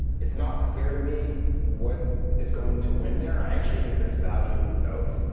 it's not clear to me what is going to win there. i actually think there's value in both,